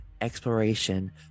exploration